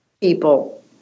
people